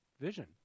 vision